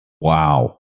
Wow